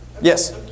Yes